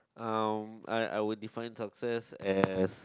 uh I I will define success as